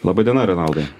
laba diena renaldai